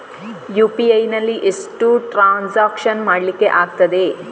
UPI ನಲ್ಲಿ ಎಷ್ಟು transaction ಮಾಡ್ಲಿಕ್ಕೆ ಆಗ್ತದೆ?